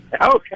Okay